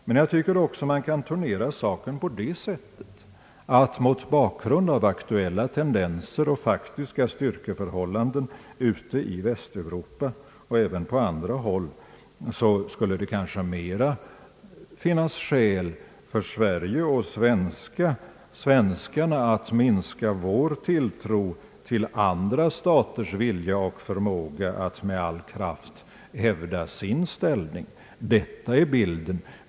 Men jag tycker också att man kan turnera saken på det sättet att mot bakgrund av aktuella tendenser och praktiska styrkeförhållanden ute i Västeuropa och på andra håll skulle det kanske mera finnas skäl för Sverige och svenskarna att minska sin tilltro till andra staters vilja och förmåga att med all kraft hävda sin ställning. Detta är bilden.